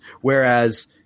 Whereas